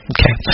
Okay